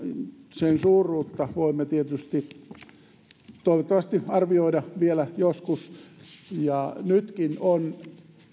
sen suuruutta voimme toivottavasti arvioida vielä joskus nytkin on